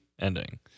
ending